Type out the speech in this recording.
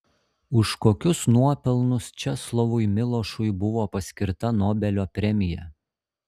už kokius nuopelnus česlovui milošui buvo paskirta nobelio premija